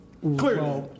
Clearly